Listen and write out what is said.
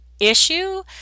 Issue